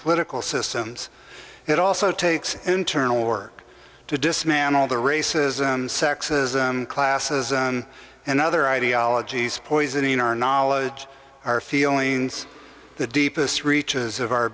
political systems it also takes internal work to dismantle the racism sexism classism and other ideologies poisoning our knowledge our feelings the deepest reaches of our